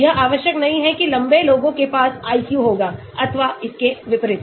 यह आवश्यक नहीं है कि लम्बे लोगों के पास IQ होगा अथवा इसके विपरीत